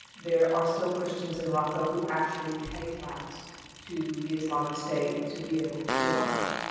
there are still christians in raqqa who actually pay tax to the islamic state to be able to survive.